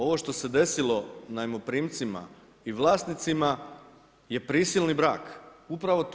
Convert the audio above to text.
Ovo što se desilo najmoprimcima i vlasnicima je prisilni brak, upravo to.